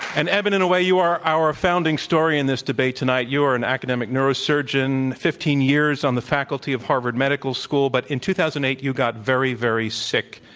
and eben, in a way, you are our founding story in this debate tonight. you are an academic neurosurgeon fifteen years on the faculty of harvard medical school. but in two thousand and eight, you got very, very sick.